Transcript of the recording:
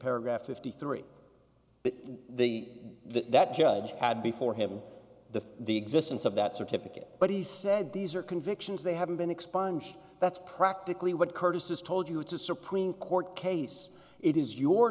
paragraph fifty three the that that judge had before him the the existence of that certificate but he said these are convictions they haven't been expunged that's practically what curtis has told you it's a supreme court case it is your